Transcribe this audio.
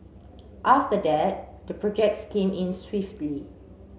after that the projects came in swiftly